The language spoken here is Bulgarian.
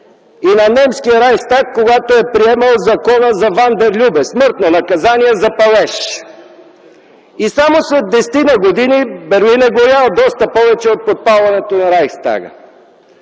и на немския Райхстаг, когато е приемал Закона за Ван дер Любе – смъртно наказание за палеж, и само след 10 ина години Берлин е горял доста повече от подпалването на Райхстага.